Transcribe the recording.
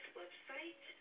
website